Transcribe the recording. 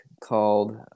called